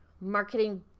marketing